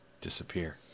disappear